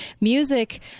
music